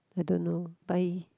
I don't know but he